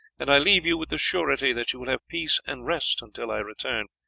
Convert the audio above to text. and i leave you with the surety that you will have peace and rest until i return,